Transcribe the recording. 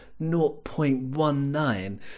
0.19